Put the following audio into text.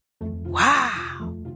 Wow